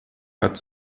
hat